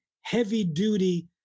heavy-duty